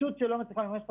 להתייחס.